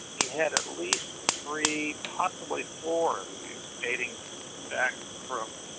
he had at least three, possibly four of these dating back from